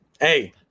Hey